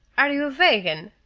are you a vegan?